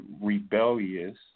rebellious